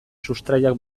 sustraiak